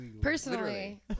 personally